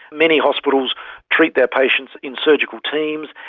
many hospitals treat their patients in surgical teams,